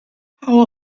how